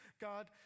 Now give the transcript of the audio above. God